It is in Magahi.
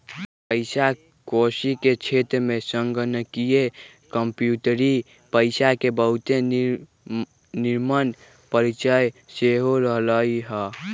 पइसा कौरी के क्षेत्र में संगणकीय कंप्यूटरी पइसा के बहुते निम्मन परिचय सेहो रहलइ ह